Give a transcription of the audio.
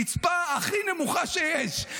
רצפה הכי נמוכה שיש.